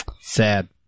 Sad